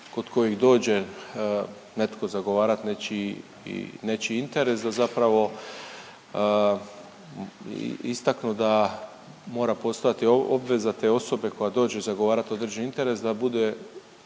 kod kojih dođe netko zagovarat nečiji, nečiji interes da zapravo istaknu da mora postojati obveza te osobe koja dođe zagovarati određeni interes da bude